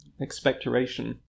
expectoration